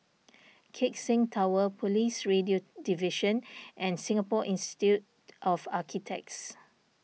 Keck Seng Tower Police Radio Division and Singapore Institute of Architects